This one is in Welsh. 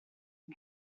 yng